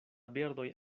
birdoj